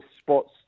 spots